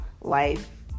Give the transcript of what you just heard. life